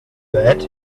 that